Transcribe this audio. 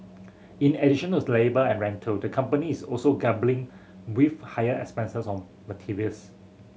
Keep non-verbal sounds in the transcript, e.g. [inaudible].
in additional's labour and rental the company is also [unintelligible] with higher expenses on materials